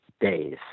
days